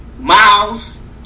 Miles